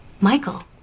michael